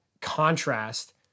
contrast